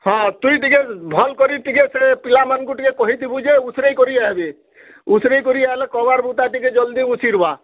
ହଁ ତୁଇ ଟିକେ ଭଲ୍ କରି ଟିକେ ସେ ପିଲାମାନ୍ଙ୍କୁ ଟିକେ କହିଥିବୁ ଯେ ଉଷ୍ରେଇ ଉଷ୍ରେଇ କରି ଆଏବେ ଉଷ୍ରେଇ କରି ଆଏଲେ କବାଡ଼୍ ବୁତା ଟିକେ ଜଲ୍ଦି ଉଷ୍ରିବା